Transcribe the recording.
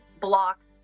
blocks